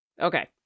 Okay